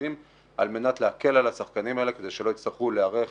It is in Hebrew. אחרים על מנת להקל על השחקנים האלה כדי שלא יצטרכו להיערך